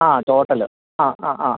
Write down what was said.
ആ ടോട്ടല് ആ ആ